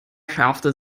schärfte